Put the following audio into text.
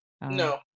no